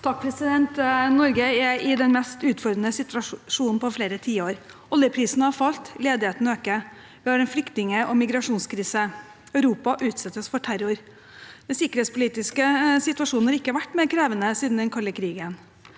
(H) Norge er i den mest utfordrende situasjonen på flere tiår. Oljeprisen har falt, og ledigheten øker. Vi har en flyktning- og migrasjonskrise. Europa utsettes for terror. Den sikkerhetspolitiske situasjonen har ikke vært mer krevende siden den kalde krigen.